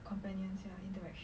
companions sia interaction